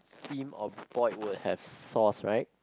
steam or boiled will have sauce right